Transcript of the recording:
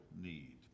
need